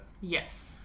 Yes